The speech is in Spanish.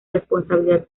responsabilidad